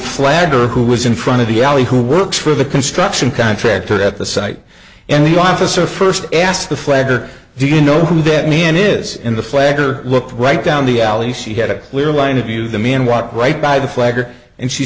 flatterer who was in front of the alley who works for the construction contractor at the site and the officer first asked the flag do you know who that man is in the flag or looked right down the alley she had a clear line of view of the man walk right by the flag and she